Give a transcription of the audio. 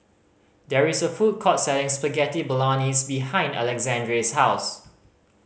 there is a food court selling Spaghetti Bolognese behind Alexandre's house